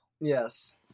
yes